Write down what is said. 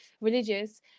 religious